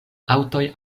aŭtoj